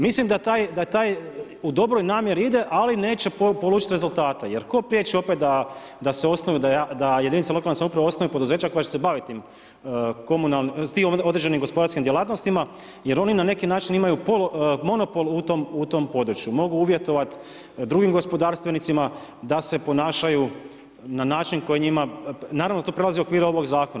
Mislim da u dobroj namjeri ide, ali neće polučiti rezultata jer tko priječi opet da se osnuju, da jedinice lokalne samouprave osnuju poduzeća koja će se baviti tim određenim gospodarskim djelatnostima jer oni na neki način imaju monopol u tom području, mogu uvjetovat drugim gospodarstvenicima da se ponašaju na način koji je njima, naravno to prelazi okvire ovog zakona.